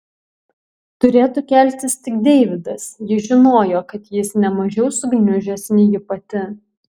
turėtų keltis tik deividas ji žinojo kad jis ne mažiau sugniužęs nei ji pati